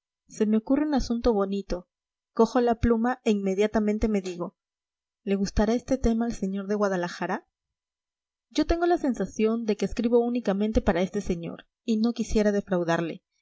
se me ocurre un asunto bonito cojo la pluma e inmediatamente me digo le gustará este tema al señor de guadalajara yo tengo la sensación de que escribo únicamente para este señor y no quisiera defraudarle